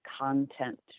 content